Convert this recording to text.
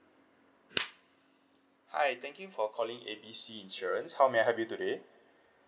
hi thank you for calling A B C insurance how may I help you today